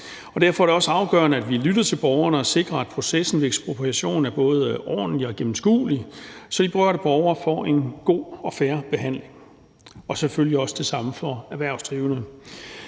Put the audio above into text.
derfor er det også afgørende, at vi lytter til borgerne og sikrer, at processen ved ekspropriation er både ordentlig og gennemskuelig, så de berørte borgere får en god og fair behandling, og det samme gælder selvfølgelig for de erhvervsdrivende.